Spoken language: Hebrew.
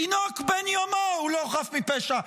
תינוק בן יומו הוא לא חף מפשע.